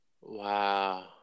Wow